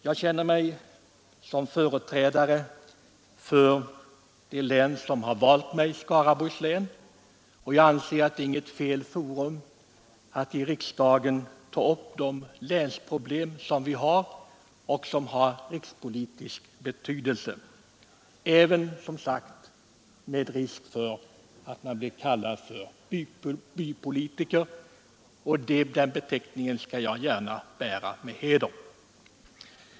Jag känner mig som företrädare för det län som har valt mig, Skaraborgs län, och jag anser att riksdagen inte är fel forum när det gäller att ta upp de länsproblem med rikspolitisk betydelse som vi har — även, som sagt, med risk för att bli kallad för bypolitiker. Den beteckningen skall jag gärna bära med heder.